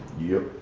yep,